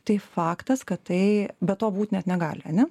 tai faktas kad tai be to būt net negali ane